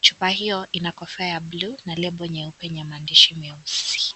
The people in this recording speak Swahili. chupa hiyo ina kofia ya bluu na lebo nyeupe na maandishi meusi.